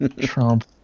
Trump